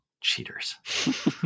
cheaters